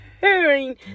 hearing